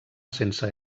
sense